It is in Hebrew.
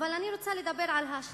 אבל אני רוצה לדבר על ההשלכות.